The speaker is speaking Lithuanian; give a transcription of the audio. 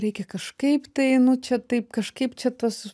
reikia kažkaip tai nu čia taip kažkaip čia tas